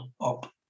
up